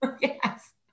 yes